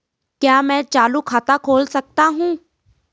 क्या मैं चालू खाता खोल सकता हूँ?